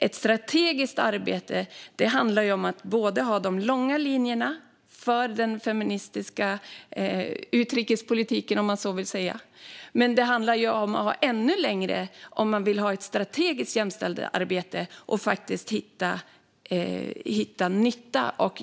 Ett strategiskt arbete handlar om att ha de långa linjerna för den feministiska utrikespolitiken, om man vill säga så. De behöver vara ännu längre om man vill hitta nytta och göra nytta i det strategiska jämställdhetsarbetet.